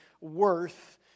worth